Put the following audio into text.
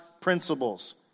principles